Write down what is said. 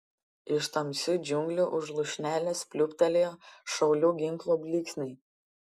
iš tamsių džiunglių už lūšnelės pliūptelėjo šaulių ginklų blyksniai